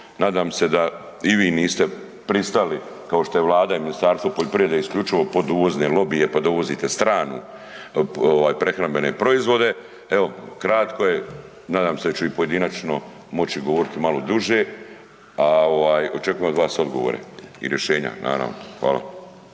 nadam se da i vi niste pristali kao što je vlada i Ministarstvo poljoprivrede isključivo pod uvozne lobije, pa dovozite stranu ovaj prehrambene proizvode. Evo kratko je, nadam se da ću i pojedinačno moći govoriti malo duže, a ovaj očekujem od vas odgovore i rješenja naravno. Hvala.